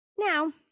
Now